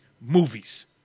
movies